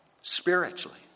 Spiritually